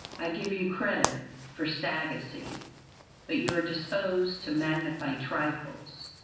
i give you credit for sagacity, but you are disposed to magnify trifles.